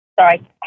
Sorry